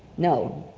no,